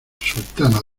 sultana